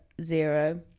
zero